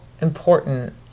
important